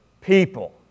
people